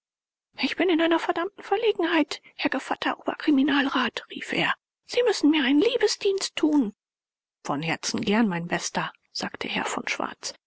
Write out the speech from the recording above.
ich bin in einer verdammten verlegenheit herr gevatter oberkriminalrat rief er sie müssen mir einen liebesdienst tun von herzen gern mein bester sagte herr von schwarz